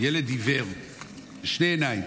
ילד עיוור בשתי עיניים,